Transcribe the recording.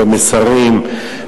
במסרים,